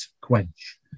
quench